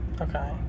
Okay